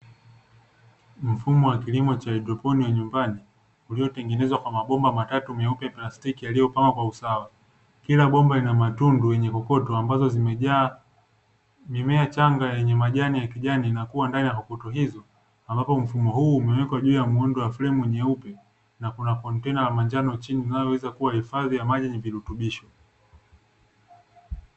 Mfumo wa kilimo cha haidroponi cha nyumbani uliotengenezwa kwa mabomba matatu meupe ya plastiki yaliyopangwa kwa usawa. Kila bomba lina matundu yenye kokoto ambayo yamejaa mimea changa yenye majani ya kijani yanakuwa ndani ya kokoto hizo, ambapo; mfumo huu umewekwa juu ya muundo wa fremu nyeupe na kuna kontena la manjano chini ambalo linaweza kuwa hifadhi ya maji na virutubisho.